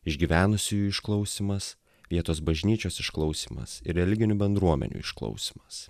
išgyvenusiųjų išklausymas vietos bažnyčios išklausymas ir religinių bendruomenių išklausymas